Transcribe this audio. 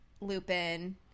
Lupin